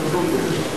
נדון בזה,